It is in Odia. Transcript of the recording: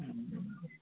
ହୁଁ